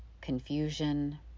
confusion